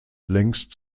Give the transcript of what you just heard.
längst